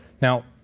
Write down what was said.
Now